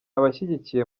abashyigikiye